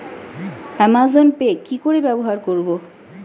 Amazon Pay কি করে ব্যবহার করব?